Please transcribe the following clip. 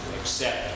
accept